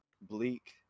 bleak